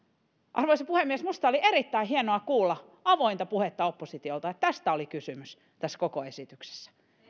arvoisa puhemies minusta oli erittäin hienoa kuulla avointa puhetta oppositiolta että tästä oli kysymys koko tässä esityksessä